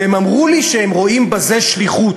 והם אמרו לי שהם רואים בזה שליחות.